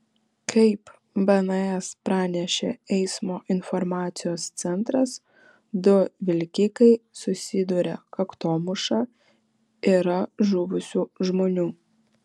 kaip bns pranešė eismo informacijos centras du vilkikai susidūrė kaktomuša yra žuvusių žmonių